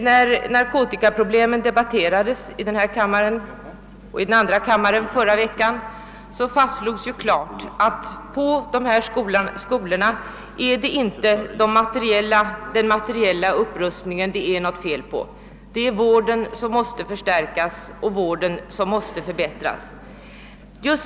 När narkotikaproblemen förra veckan diskuterades i kamrarna fastslogs ju klart att det vid dessa skolor inte är något fel på den materiella upprustningen, utan att det är vården som måste förstärkas och förbättras.